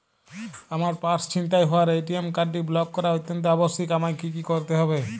আমার পার্স ছিনতাই হওয়ায় এ.টি.এম কার্ডটি ব্লক করা অত্যন্ত আবশ্যিক আমায় কী কী করতে হবে?